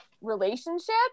relationship